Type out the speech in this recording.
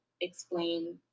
explain